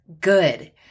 good